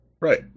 Right